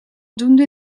doende